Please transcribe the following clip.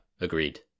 Agreed